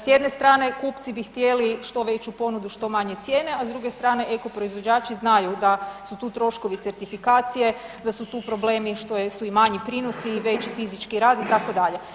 S jedne strane kupci bi htjeli što veću ponudu što manje cijene, a s druge strane eko proizvođači znaju da su tu troškovi certifikacije, da su tu problemi što su i manji prinosi i veći fizički rad itd.